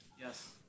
Yes